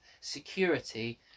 security